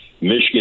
Michigan